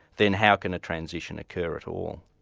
then how can a transition occur at all?